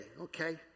Okay